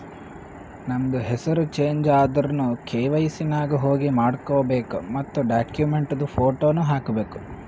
ನಮ್ದು ಹೆಸುರ್ ಚೇಂಜ್ ಆದುರ್ನು ಕೆ.ವೈ.ಸಿ ನಾಗ್ ಹೋಗಿ ಮಾಡ್ಕೋಬೇಕ್ ಮತ್ ಡಾಕ್ಯುಮೆಂಟ್ದು ಫೋಟೋನು ಹಾಕಬೇಕ್